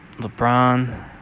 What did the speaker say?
LeBron